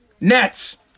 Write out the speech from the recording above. Nets